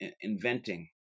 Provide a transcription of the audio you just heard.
inventing